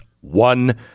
one